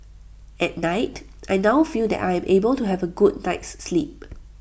at night I now feel that I am able to have A good night's sleep